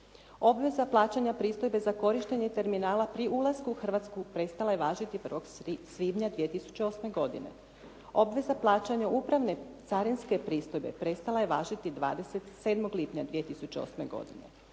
Obveza plaćanja pristojbe za korištenje terminala pri ulasku u Hrvatsku prestala je važiti 1. svibnja 2008. godine. Obveza plaćanja upravne carinske pristojbe prestala je važiti 27. lipnja 2008. godine.